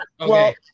okay